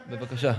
בבקשה.